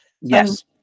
Yes